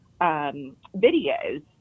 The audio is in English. videos